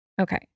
Okay